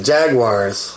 Jaguars